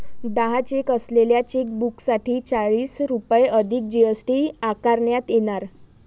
दहा चेक असलेल्या चेकबुकसाठी चाळीस रुपये अधिक जी.एस.टी आकारण्यात येणार